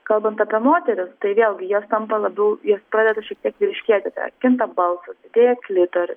kalbant apie moteris tai vėl gi jos tampa labiau jos pradeda šiek tiek vyriškėti kinta balsas kietėja klitorius